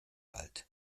alt